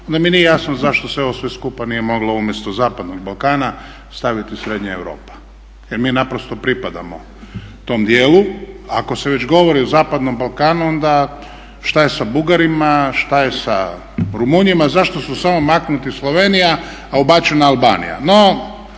Onda mi nije jasno zašto se ovo sve skupa nije moglo umjesto zapadnog Balkana staviti srednja Europa jer mi pripadamo tom dijelu. Ako se već govori o zapadnom Balkanu onda šta je sa Bugarima, šta je sa Rumunjima, zašto su samo maknuti Slovenija, a ubačena Albanija.